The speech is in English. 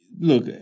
Look